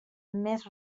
més